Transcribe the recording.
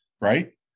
right